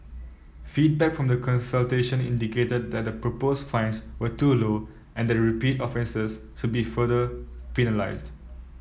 feedback from the consultation indicated that the proposed fines were too low and that repeated offences should be further penalised